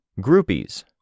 Groupies